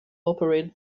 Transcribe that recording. operated